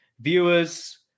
viewers